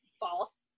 false